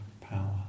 power